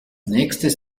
nächstes